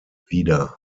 wieder